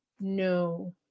No